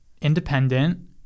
Independent